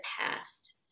past